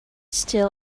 still